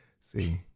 See